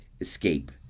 Escape